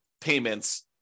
payments